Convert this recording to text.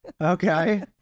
okay